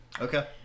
okay